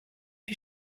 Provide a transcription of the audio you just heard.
wie